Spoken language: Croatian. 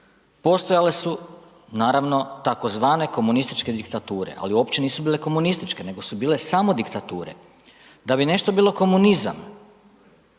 Postojale su naravno tzv. komunističke diktature ali uopće nisu bile komunističke nego su bile samo diktature. Da bi nešto bilo komunizam